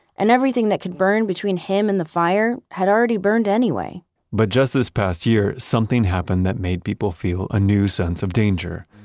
and everything that could burn between him and the fire had already burned anyway but just this past year something happened that made people feel a new sense of danger.